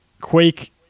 Quake